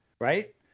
right